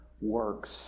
works